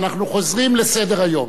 אנחנו חוזרים לסדר-היום.